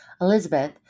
Elizabeth